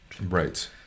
Right